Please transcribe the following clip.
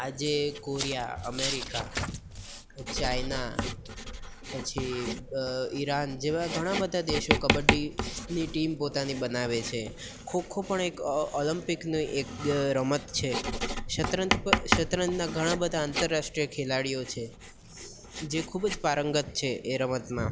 આજે Korea America China પછી Iran જેવા ઘણા બધા દેશો કબડ્ડી ની ટીમ પોતાની બનાવે છે ખો ખો પણ એક ઓલમ્પિકની એક રમત છે શતરંજ શતરંજના ઘણા બધા આંતરરાષ્ટ્રીય ખેલાડીઓ છે જે ખૂબ જ પારંગત છે એ રમતમાં